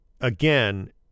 Again